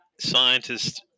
scientists